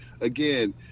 again